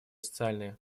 социальные